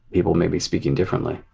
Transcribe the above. people may be speaking differently.